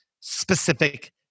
specific